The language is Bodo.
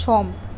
सम